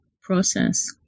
process